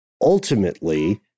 ultimately